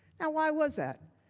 and why was that?